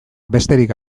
besterik